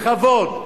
לכבוד,